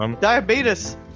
diabetes